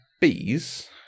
bees